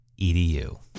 EDU